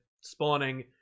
spawning